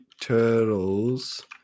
turtles